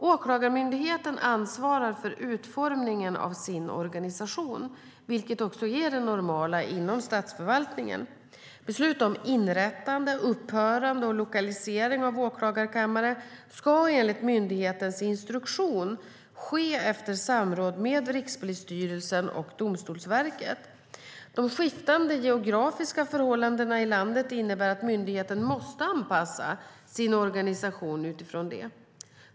Åklagarmyndigheten ansvarar för utformningen av sin organisation, vilket också är det normala inom statsförvaltningen. Beslut om inrättande, upphörande och lokalisering av åklagarkammare ska enligt myndighetens instruktion ske efter samråd med Rikspolisstyrelsen och Domstolsverket. De skiftande geografiska förhållandena i landet innebär att myndigheten måste anpassa sin organisation utifrån detta.